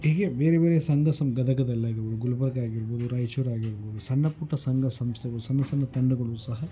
ಹೀಗೆ ಬೇರೆ ಬೇರೆ ಸಂಘ ಸಂ ಗದಗದಲ್ಲಾಗಿರ್ಬೋದು ಗುಲ್ಬರ್ಗ ಆಗಿರ್ಬೋದು ರಾಯ್ಚೂರ್ ಆಗಿರ್ಬೋದು ಸಣ್ಣಪುಟ್ಟ ಸಂಘ ಸಂಸ್ಥೆಗಳು ಸಣ್ಣಸಣ್ಣ ತಂಡಗಳು ಸಹ